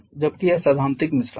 जबकि यह सैद्धांतिक मिश्रण है